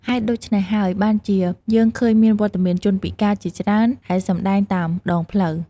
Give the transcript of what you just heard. ហេតុដូច្នេះហើយ បានជាយើងឃើញមានវត្តមាន ជនពិការ ជាច្រើនដែលសម្ដែងតាមដងផ្លូវ។